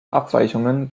abweichungen